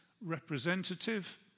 representative